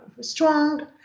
strong